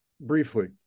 briefly